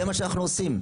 זה מה שאנחנו עושים.